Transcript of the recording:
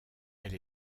elle